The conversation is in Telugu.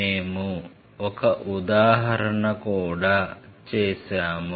మేము ఒక ఉదాహరణ కూడా చేసాము